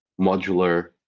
modular